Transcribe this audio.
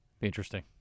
Interesting